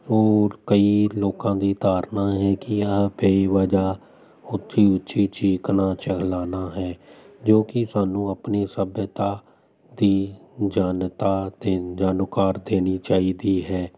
ਹੋਰ ਕਈ ਲੋਕਾਂ ਦੀ ਧਾਰਨਾ ਹੈਗੀ ਆ ਬੇਵਜਾਹ ਉੱਚੀ ਉੱਚੀ ਚੀਕਣਾ ਚਿੱਲਾਨਾ ਹੈ ਜੋ ਕਿ ਸਾਨੂੰ ਆਪਣੀ ਸੱਭਿਅਤਾ ਦੀ ਜਨਤਾ 'ਤੇ ਜਾਂ ਨਕਾਰ ਦੇਣੀ ਚਾਹੀਦੀ ਹੈ